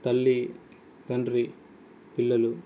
తల్లి తండ్రి పిల్లలు